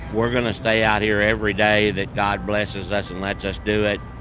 we're gonna stay out here every day that god blesses us and let's us do it.